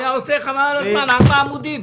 הוא היה עושה חבל על הזמן, ארבעה עמודים.